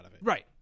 Right